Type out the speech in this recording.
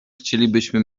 chcielibyśmy